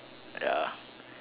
ya